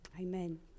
Amen